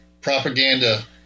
propaganda